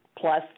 plus